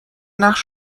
نقش